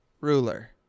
ruler